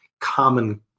common